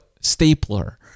stapler